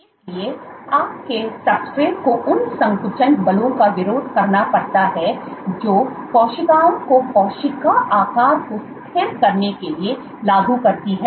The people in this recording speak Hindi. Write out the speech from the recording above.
इसलिए आपके सब्सट्रेट को उन संकुचन बलों का विरोध करना पड़ता है जो कोशिकाओं को कोशिका आकार को स्थिर करने के लिए लागू करती हैं